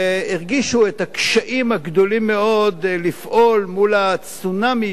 והרגישו את הקשיים הגדולים מאוד לפעול מול הצונאמי